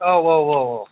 औ औ औ